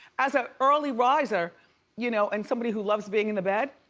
as an early riser you know and somebody who loves being in the bed,